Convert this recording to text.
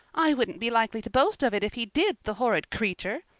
i wouldn't be likely to boast of it if he did, the horrid creature!